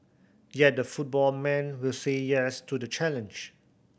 yet the football man will say yes to the challenge